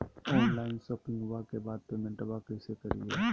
Online शोपिंग्बा के बाद पेमेंटबा कैसे करीय?